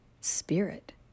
spirit